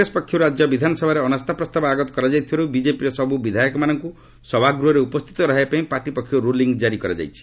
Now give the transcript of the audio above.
କଂଗ୍ରେସ ପକ୍ଷରୁ ରାଜ୍ୟ ବିଧାନସଭାରେ ଅନାସ୍ଥାପ୍ରସ୍ତାବ ଆଗତ କରାଯାଇଥିବାରୁ ବିକେପିର ସବୁ ବିଧାୟକମାନଙ୍କୁ ସଭାଗୃହରେ ଉପସ୍ଥିତ ରହିବାପାଇଁ ପାର୍ଟି ପକ୍ଷରୁ ରୁଲିଙ୍ଗ୍ ଜାରି କରାଯାଇଛି